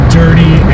dirty